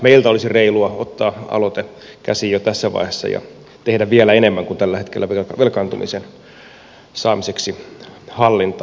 meiltä olisi reilua ottaa aloite käsiin jo tässä vaiheessa ja tehdä vielä enemmän kuin tällä hetkellä velkaantumisen saamiseksi hallintaan